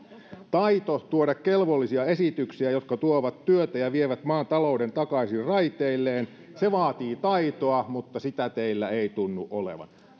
taito tuoda kelvollisia esityksiä jotka tuovat työtä ja vievät maan talouden takaisin raiteilleen vaatii taitoa mutta sitä teillä ei tunnu olevan